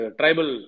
tribal